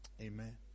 Amen